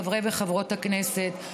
חברי וחברות הכנסת,